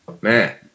Man